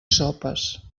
sopes